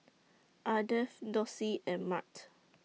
Ardath Dossie and Mart